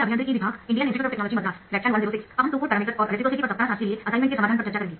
अब हम two port parameter और रेसिप्रोसिटी पर सप्ताह 7 के लिए असाइनमेंट के समाधान पर चर्चा करेंगे